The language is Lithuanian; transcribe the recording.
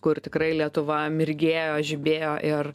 kur tikrai lietuva mirgėjo žibėjo ir